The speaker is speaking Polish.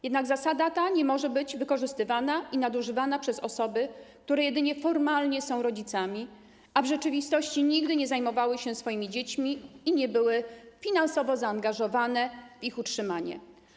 Jednak zasada ta nie może być wykorzystywana i nadużywana przez osoby, które jedynie formalnie są rodzicami, a w rzeczywistości nigdy nie zajmowały się swoimi dziećmi i nie były finansowo zaangażowane w ich utrzymanie.